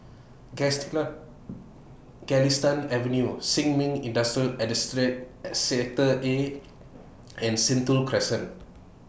Galistan Avenue Sin Ming Industrial Sector A and Sentul Crescent